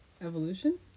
Evolution